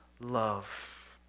love